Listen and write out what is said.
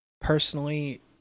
personally